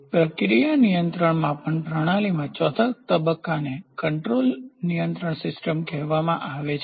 પ્રક્રિયા નિયંત્રણ માપન પ્રણાલીમાં ચોથા તબક્કાને કન્ટ્રોલપ્રતિસાદ નિયંત્રણ સિસ્ટમ કહેવામાં આવે છે